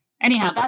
anyhow